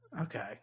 Okay